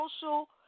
social